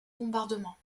bombardement